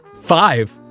Five